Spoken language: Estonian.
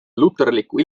luterliku